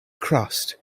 crust